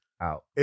out